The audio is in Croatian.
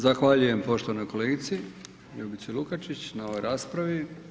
Zahvaljujem poštovanoj kolegici Ljubici Lukačić na ovoj raspravi.